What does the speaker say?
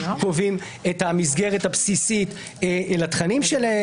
קובעים את המסגרת הבסיסית לתכנים שלהם,